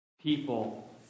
people